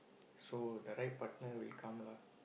so the right partner will come lah